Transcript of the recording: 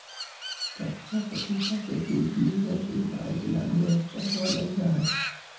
कच्चा पपीता के दूध लीवर के इलाज ला बेहतर मानल जाहई